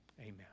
Amen